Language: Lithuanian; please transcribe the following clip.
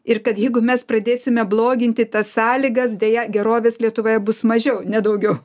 ir kad jeigu mes pradėsime bloginti tas sąlygas deja gerovės lietuvoje bus mažiau ne daugiau